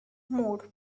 mode